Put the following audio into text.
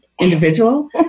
individual